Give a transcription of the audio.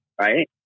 right